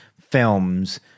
films